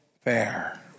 fair